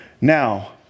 Now